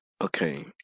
Okay